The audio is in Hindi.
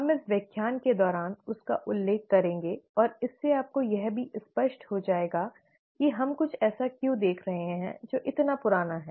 हम इस व्याख्यान के दौरान उसका उल्लेख करेंगे और इससे आपको यह भी स्पष्ट हो जाएगा कि हम कुछ ऐसा क्यों देख रहे हैं जो इतना पुराना है